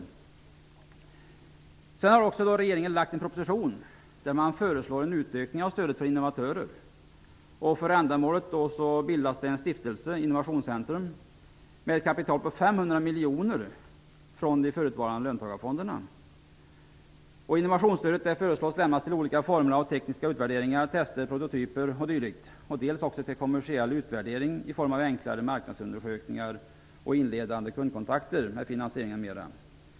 Regeringen har också lagt fram en proposition där man föreslår en utökning av stödet till innovatörer. För ändamålet bildas en stiftelse, Innovationsstödet föreslås lämnas dels till olika former av tekniska utvärderingar, tester, prototyper o.d., dels till kommersiell utvärdering i form av enklare marknadsundersökningar och inledande kundkontakter, finansiering m.m.